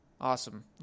Awesome